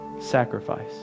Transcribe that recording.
sacrifice